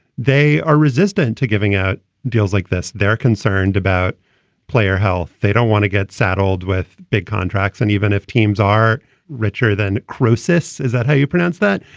they are resistant to giving out deals like this. they're concerned about player health. they don't want to get saddled with big contracts. and even if teams are richer than crucis. is that how you pronounce that?